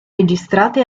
registrate